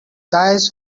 guys